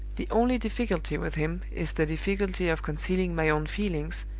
the only difficulty with him is the difficulty of concealing my own feelings,